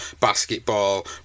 basketball